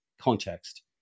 context